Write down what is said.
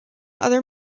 other